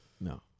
No